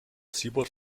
siebert